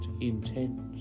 intent